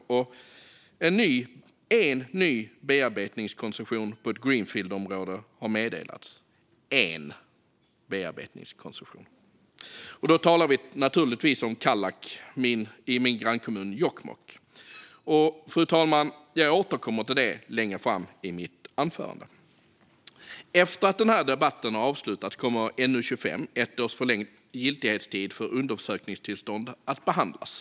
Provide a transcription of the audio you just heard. Därtill har en ny bearbetningskoncession på ett green field-område meddelats. Då talar vi naturligtvis om Kallak i min grannkommun Jokkmokk. Jag återkommer till det längre fram i mitt anförande, fru talman. Efter att den här debatten har avslutats kommer NU25 Ett års förlängd giltighetstid för undersökningstillstånd att behandlas.